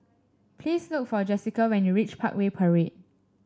please look for Jessika when you reach Parkway Parade